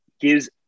gives